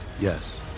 Yes